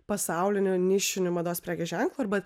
pasaulinio nišiniu mados prekės ženklu arba